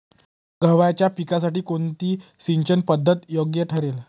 गव्हाच्या पिकासाठी कोणती सिंचन पद्धत योग्य ठरेल?